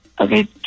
Okay